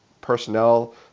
personnel